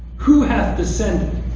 who hath descended?